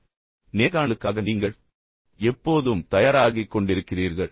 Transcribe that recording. உங்கள் வாழ்க்கையின் மிக முக்கியமான தருணமான நேர்காணலுக்காக நீங்கள் எப்போதும் தயாராகிக் கொண்டிருக்கிறீர்கள்